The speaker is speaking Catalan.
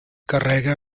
carrega